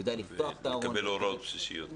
ומקבל הוראות בסיסיות.